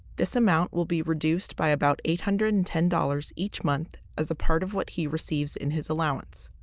this amount will be reduced by about eight hundred and ten dollars each month as part of what he receives in his allowance.